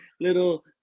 little